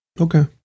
Okay